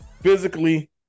Physically